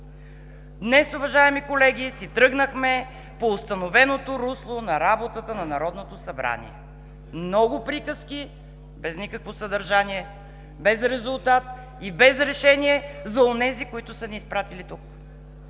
Днес, уважаеми колеги, си тръгнахме по установеното русло на работата на Народното събрание – много приказки, без никакво съдържание, без резултат и без решение за онези, които са ни изпратили тук.